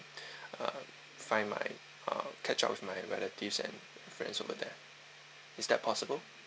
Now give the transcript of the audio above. uh find my uh catch up with my relatives and friends over there is that possible